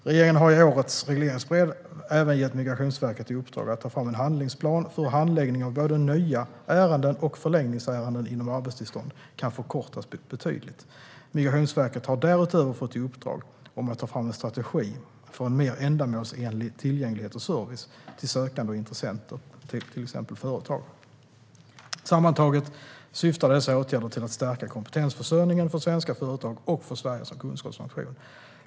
Regeringen har i årets regleringsbrev även gett Migrationsverket i uppdrag att ta fram en handlingsplan för hur handläggning av både nya ärenden och förlängningsärenden inom arbetstillstånd kan förkortas betydligt. Migrationsverket har därutöver fått i uppdrag att ta fram en strategi för en mer ändamålsenlig tillgänglighet och service till sökande och intressenter, till exempel företag. Sammantaget syftar dessa åtgärder till att stärka kompetensförsörjningen för svenska företag och för Sverige som kunskapsnation.